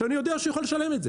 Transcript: שאני יודע שהוא יכול לשלם את זה.